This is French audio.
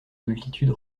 multitude